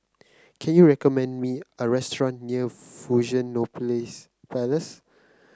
can you recommend me a restaurant near Fusionopolis Palace